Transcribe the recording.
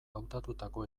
hautatutako